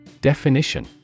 Definition